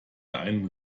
einen